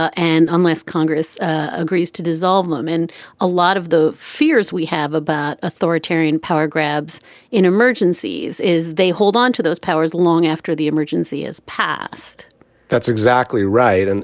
ah and unless congress agrees to dissolve them and a lot of the fears we have about authoritarian power grabs in emergencies is they hold on to those powers long after the emergency is passed that's exactly right. and